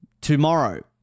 Tomorrow